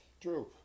True